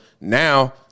Now